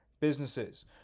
businesses